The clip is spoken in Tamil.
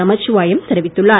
நமச்சிவாயம் தெரிவித்துள்ளார்